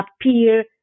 appear